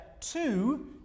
two